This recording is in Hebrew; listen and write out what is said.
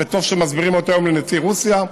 וטוב שמסבירים אותו היום לנשיא רוסיה,